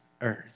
earth